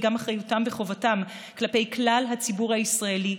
גם אחריותם וחובתם כלפי כלל הציבור הישראלי,